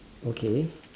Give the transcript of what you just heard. okay